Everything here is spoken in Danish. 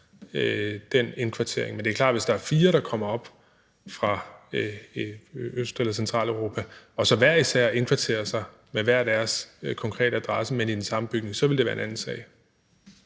den indkvartering. Men det er klart, at hvis der er fire, der kommer op fra Øst- eller Centraleuropa og hver især indkvarterer sig med hver deres konkrete adresse, men i den samme bygning, så ville det være en anden sag.